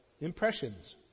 Impressions